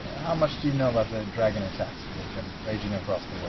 how much do you know about the dragon attacks that have been raging across the